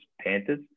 Panthers